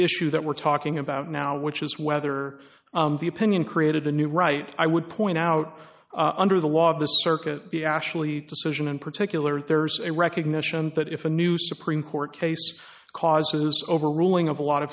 issue that we're talking about now which is whether the opinion created a new right i would point out under the law of the circuit the ashley decision in particular there's a recognition that if a new supreme court case causes overruling of a lot of